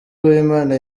uwimana